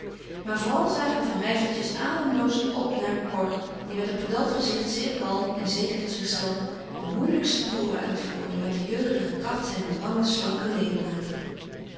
maar vooral zagen de van rijsseltjes ademloos op naar cor die met een pedant gezicht zeer kalm en zeker van zichzelven de moeilijkste toeren uitvoerde met de jeugdige kracht zijner lange slanke ledematen